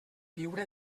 viure